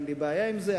אין לי בעיה עם זה.